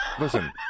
Listen